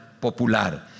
popular